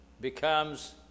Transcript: becomes